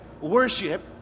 worship